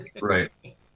Right